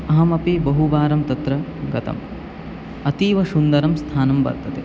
अहमपि बहुवारं तत्र गतम् अतीवसुन्दरं स्थानं वर्तते